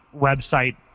website